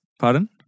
Pardon